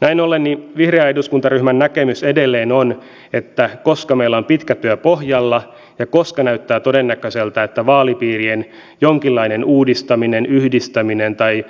näin ollen vihreän eduskuntaryhmän näkemys edelleen on että koska meillä on pitkä työ pohjalla ja koska näyttää todennäköiseltä että vaalipiirien jonkinlainen uudistaminen yhdistäminen tai